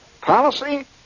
policy